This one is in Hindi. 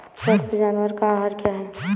स्वस्थ जानवर का आहार क्या है?